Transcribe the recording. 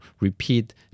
repeat